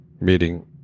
meeting